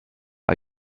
are